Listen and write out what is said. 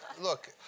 look